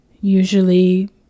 usually